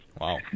Wow